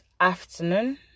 afternoon